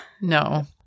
No